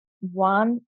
one